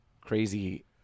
crazy